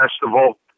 Festival